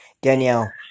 Danielle